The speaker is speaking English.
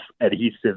adhesive